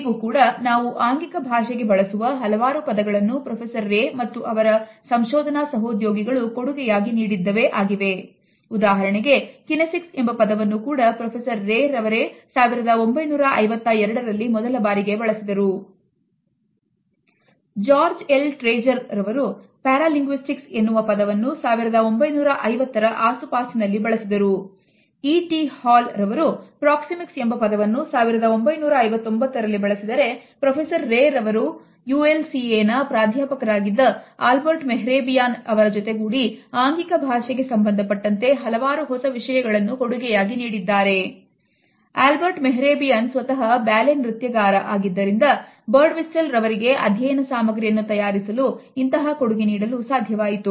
ಇಂದಿಗೂ ಕೂಡ ನಾವು ಆಂಗಿಕ ಭಾಷೆಗೆ ಬಳಸುವ ಹಲವಾರು ಪದಗಳನ್ನು ಪ್ರೊಫೆಸರ್ ರೇ ಮತ್ತು ಅವರ ಸಂಶೋಧನಾ ಸಹೋದ್ಯೋಗಿಗಳು ಕೊಡುಗೆಯಾಗಿ ನೀಡಿದ್ದವೇ George L Trager ರವರು paralinguistics ಎನ್ನುವ ಪದವನ್ನು 1950 ಆಸುಪಾಸಿನಲ್ಲಿAlbert Mehrabian ಸ್ವತಹ ಬ್ಯಾಲೆ ನೃತ್ಯಗಾರ ಆಗಿದ್ದರಿಂದ ಬರ್ಡ್ವಿಸ್ಟಲ್ ರವರಿಗೆ ಅಧ್ಯಯನ ಸಾಮಗ್ರಿಯನ್ನು ತಯಾರಿಸಲು ಇಂತಹ ಕೊಡುಗೆ ನೀಡಲು ಸಾಧ್ಯವಾಯಿತು